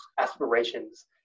aspirations